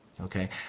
okay